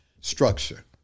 structure